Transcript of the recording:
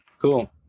Cool